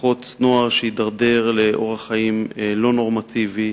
ופחות נוער יידרדר לאורח חיים לא נורמטיבי.